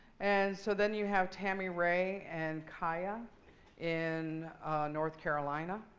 and so then, you have tammy rae and kind of in north carolina.